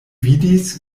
vidis